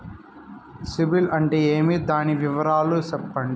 సిబిల్ అంటే ఏమి? దాని వివరాలు సెప్పండి?